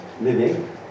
living